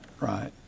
Right